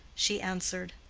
she answered,